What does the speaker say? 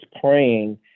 praying